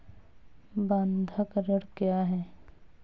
बंधक ऋण क्या है?